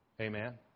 Amen